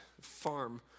farm